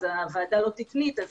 הוועדה לא תקנית,